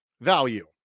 value